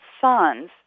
sons